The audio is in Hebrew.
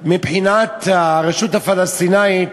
מבחינת הרשות הפלסטינית,